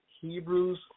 Hebrews